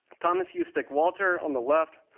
thomas ustick walter on the left,